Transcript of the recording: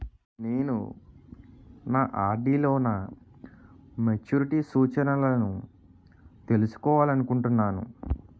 నేను నా ఆర్.డి లో నా మెచ్యూరిటీ సూచనలను తెలుసుకోవాలనుకుంటున్నాను